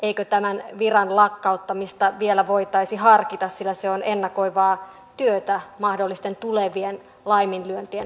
eikö tämän viran lakkauttamista vielä voitaisi harkita sillä se on ennakoivaa työtä mahdollisten tulevien laiminlyöntien välttämiseksi